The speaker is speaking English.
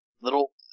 little